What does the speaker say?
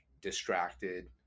distracted